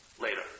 later